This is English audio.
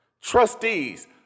trustees